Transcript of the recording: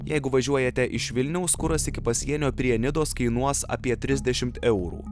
jeigu važiuojate iš vilniaus kuras iki pasienio prie nidos kainuos apie trisdešimt eurų